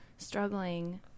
struggling